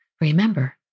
Remember